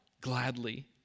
gladly